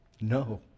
no